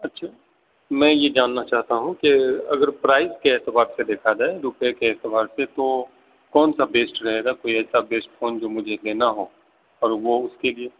اچھا میں یہ جاننا چاہتا ہوں کہ اگر پرائز کے اعتبار سے دیکھا جائے روپئے کے اعتبار سے تو کون سا بیسٹ رہے گا کوئی ایسا بیسٹ فون جو مجھے لینا ہو اور وہ اس کے لیے